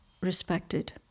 respected